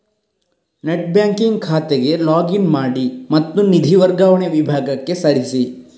net banking ಖಾತೆಗೆ log in ಮಾಡಿ ಮತ್ತು ನಿಧಿ ವರ್ಗಾವಣೆ ವಿಭಾಗಕ್ಕೆ ಸರಿಸಿ